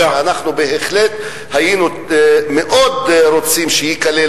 ואנחנו בהחלט היינו מאוד רוצים להיכלל